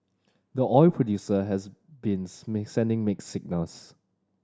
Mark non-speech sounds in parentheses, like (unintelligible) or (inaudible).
the oil producer has been (unintelligible) sending mixed signals